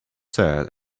sad